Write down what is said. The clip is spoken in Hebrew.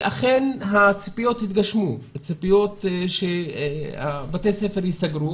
אכן הציפיות התגשמו, שבתי הספר ייסגרו